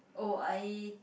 oh I